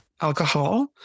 alcohol